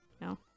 No